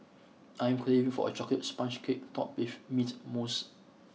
I'm craving for a chocolate sponge cake topped with mint mousse